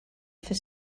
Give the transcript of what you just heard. for